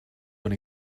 when